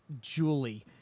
Julie